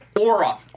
Aura